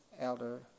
elder